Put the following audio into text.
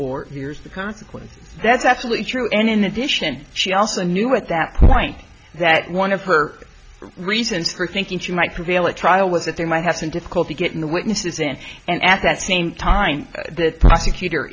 yours the consequences that's absolutely true and in addition she also knew at that point that one of her reasons for thinking she might prevail at trial was that they might have some difficulty getting the witnesses in and at that same time the prosecutor